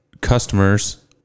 customers